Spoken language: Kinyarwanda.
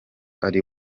ari